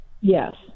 Yes